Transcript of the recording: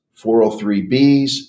403Bs